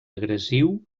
agressiu